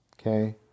Okay